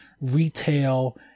retail